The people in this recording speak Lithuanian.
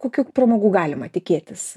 kokių pramogų galima tikėtis